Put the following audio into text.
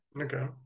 Okay